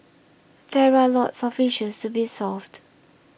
there are lots of issues to be solved